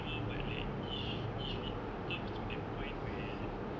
I know but like if if it comes to that point where